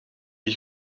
die